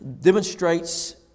demonstrates